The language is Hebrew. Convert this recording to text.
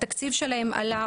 התקציב שלהם עלה,